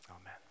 Amen